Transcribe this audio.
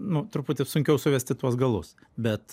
nu truputį sunkiau suvesti tuos galus bet